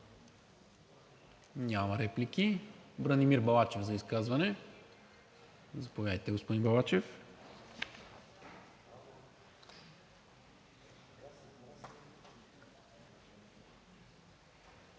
Няма. Бранимир Балачев – за изказване. Заповядайте, господин Балачев.